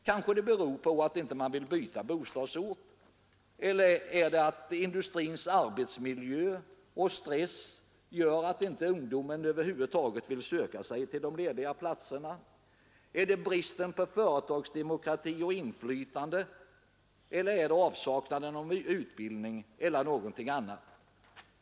Kanske beror det på att man inte vill byta bostadsort eller att industrins arbetsmiljö och stress gör att ungdomen över huvud taget inte vill söka sig till de lediga platserna. Är det bristen på företagsdemokrati och inflytande eller är det avsaknaden av utbildning eller någonting annat som är det avgörande?